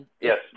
Yes